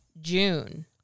June